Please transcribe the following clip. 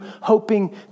hoping